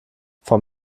von